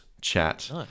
chat